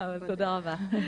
תודה רבה.